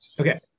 okay